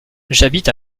j’habite